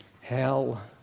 hell